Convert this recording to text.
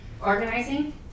organizing